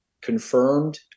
confirmed